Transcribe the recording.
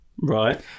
right